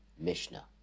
Mishnah